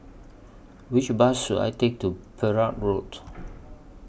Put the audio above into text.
Which Bus should I Take to Perak Road